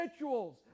rituals